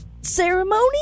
ceremony